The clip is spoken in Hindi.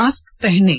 मास्क पहनें